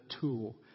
tool